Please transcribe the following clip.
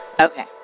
Okay